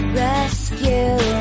rescue